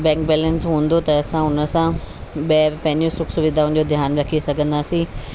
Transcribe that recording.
bank balance हूंदो त असां उन सां ॿाहिरि पंहिंजूं सुखु सुविधाउनि जो ध्यानु रखी सघंदासीं